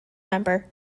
member